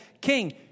king